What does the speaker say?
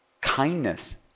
Kindness